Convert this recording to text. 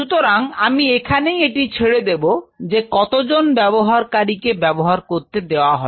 সুতরাং আমি এখানেই এটি ছেড়ে দেবো যে কতজন ব্যবহারকারীকে ব্যবহার করতে দেয়া হবে